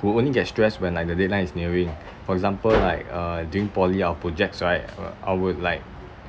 who only get stressed when like the deadline is nearing for example like uh during poly our projects right uh I would like